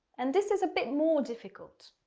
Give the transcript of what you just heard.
and this is a bit more difficult,